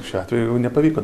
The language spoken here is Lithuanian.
šiuo atveju jau nepavyko